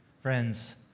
Friends